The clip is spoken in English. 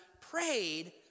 prayed